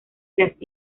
las